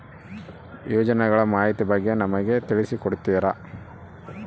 ಯೋಜನೆಗಳ ಮಾಹಿತಿ ಬಗ್ಗೆ ನನಗೆ ತಿಳಿಸಿ ಕೊಡ್ತೇರಾ?